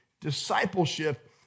discipleship